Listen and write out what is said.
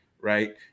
right